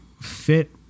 fit